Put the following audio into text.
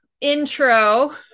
intro